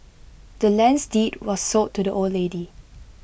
the land's deed was sold to the old lady